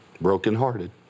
brokenhearted